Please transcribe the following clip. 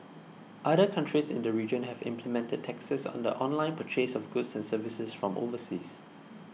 other countries in the region have implemented taxes on the online purchase of goods and services from overseas